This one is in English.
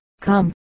come